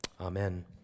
amen